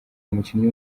umukinnyi